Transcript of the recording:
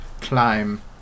climb